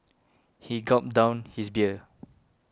he gulped down his beer